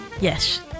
yes